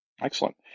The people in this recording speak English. Excellent